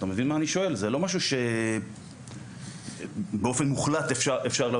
זה לא משהו שבאופן מוחלט הוא אפשרי.